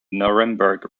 nuremberg